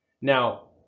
Now